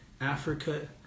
Africa